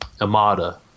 Amada